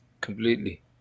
completely